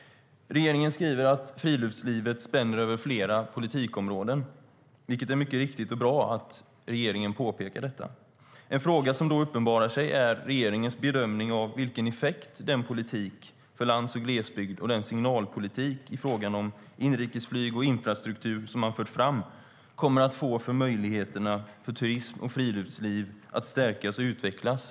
Regeringen skriver att friluftslivet spänner över flera politikområden, vilket är mycket riktigt. Det är bra att regeringen påpekar detta. En fråga som då uppenbarar sig gäller regeringens bedömning av vilken effekt den politik för lands och glesbygd och den signalpolitik i fråga om inrikesflyg och infrastruktur som man fört fram kommer att få för möjligheterna för turism och friluftsliv att stärkas och utvecklas.